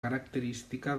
característica